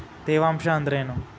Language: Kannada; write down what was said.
ತೇವಾಂಶ ಅಂದ್ರೇನು?